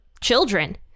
children